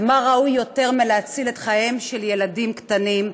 ומה ראוי יותר מלהציל מאשר את חייהם של ילדים קטנים?